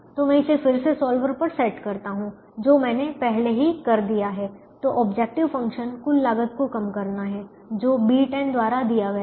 तो मैं इसे फिर से इसे सॉल्वर पर सेट करता हूं जो मैंने पहले ही कर दिया है तो ऑब्जेक्टिव फ़ंक्शन कुल लागत को कम करना है जो B10 द्वारा दिया गया है